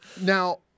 Now